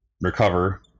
recover